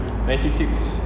nine six six